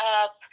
up